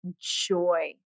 joy